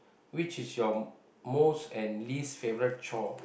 which is your most and least favourite chore